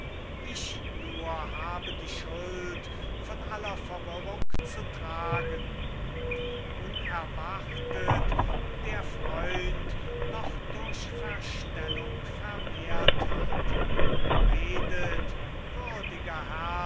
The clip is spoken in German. ich nur habe die schuld von aller verwirrung zu tragen die unerwartet der freund noch durch verstellung vermehrt hat redet würdiger